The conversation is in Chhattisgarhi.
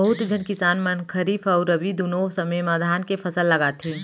बहुत झन किसान मन खरीफ अउ रबी दुनों समे म धान के फसल लगाथें